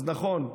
אז נכון,